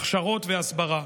הכשרות והסברה.